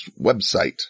website